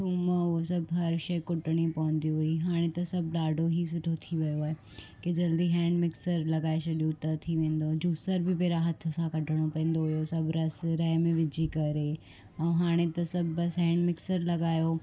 थूम उहे सभु हर शइ कुटणी पवंदी हुई हाणे त सब ॾाढो ई सुठो थी वियो आहे की जल्दी हैंड मिक्सर लॻाए छ्ॾूं त थी वेंदो जूसर बि पहिरियों हथ सां कढिणो पवंदो हुओ सभु रस रह में विझी करे ऐं हाणे त सभु बसि हैंड मिक्सर लॻायो